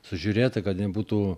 sužiūrėta kad nebūtų